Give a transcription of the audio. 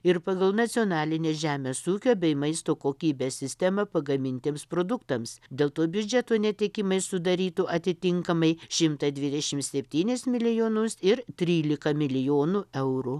ir pagal nacionalinės žemės ūkio bei maisto kokybės sistemą pagamintiems produktams dėl to biudžeto netekimai sudarytų atitinkamai šimtą dvidešimt septynis milijonus ir trylika milijonų eurų